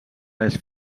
les